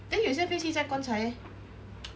then 有些飞机在棺材 leh